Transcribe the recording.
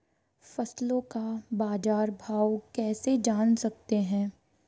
फसलों का बाज़ार भाव कैसे जान सकते हैं?